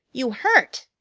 you hurt!